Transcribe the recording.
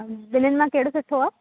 ॿिन्हिनि मां कहिड़ो सुठो आहे